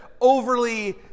overly